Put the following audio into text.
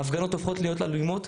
ההפגנות הופכות להיות אלימות.